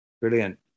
Brilliant